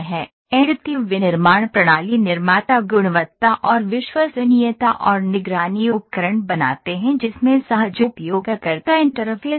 additive विनिर्माण प्रणाली निर्माता गुणवत्ता और विश्वसनीयता और निगरानी उपकरण बनाते हैं जिसमें सहज उपयोगकर्ता इंटरफ़ेस होता है